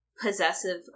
possessive